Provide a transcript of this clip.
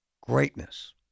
Greatness